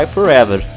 Forever